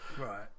Right